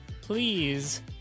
please